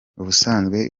ubusanzwe